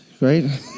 right